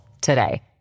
today